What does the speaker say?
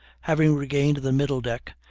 having regained the middle deck,